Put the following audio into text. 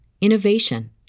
innovation